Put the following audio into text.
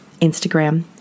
Instagram